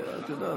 את יודעת,